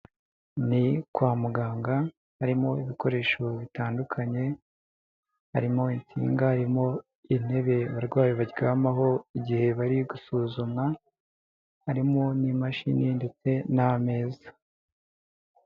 ni kwa muganga, harimo ibikoresho bitandukanye, harimo intinga harimo intebe abarwayi baryamaho, igihe bari gusuzumwa, harimo n'imashini ndetse n'ameza.